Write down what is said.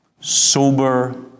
Sober